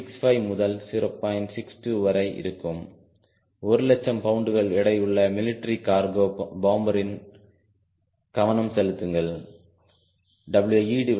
1 லட்சம் பவுண்டுகள் எடையுள்ள மிலிட்டரி கார்கோ பாம்பரில் கவனம் செலுத்துங்கள் WeW0 0